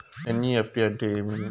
NEFT అంటే ఏమి